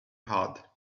hard